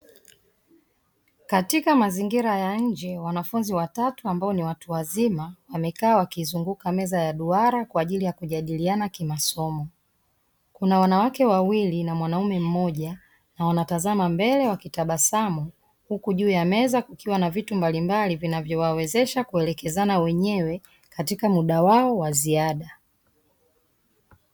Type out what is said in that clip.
Katika mazingira ya nje wanafunzi watatu ambao ni watu wazima, wame wakiwa wamekaa wakiizunguka meza ya duara kwa ajili ya kujadiliana kimasomo. Kuna wanawake wawili na mwanaume mmoja wanatazama mbele wakitabasamu, huku juu ya meza kukiwa na vitu mbalimbali vinavyowawezesha kuelekezana wenyewe katika muda wao wa ziada.